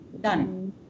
done